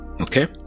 Okay